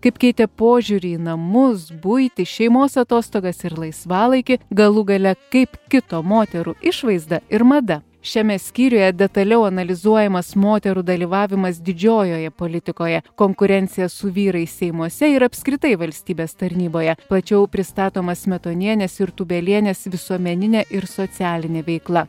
kaip keitė požiūrį į namus buitį šeimos atostogas ir laisvalaikį galų gale kaip kito moterų išvaizda ir mada šiame skyriuje detaliau analizuojamas moterų dalyvavimas didžiojoj politikoje konkurencija su vyrais seimuose ir apskritai valstybės tarnyboje plačiau pristatoma smetonienės ir tūbelienės visuomeninė ir socialinė veikla